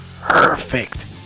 perfect